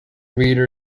reader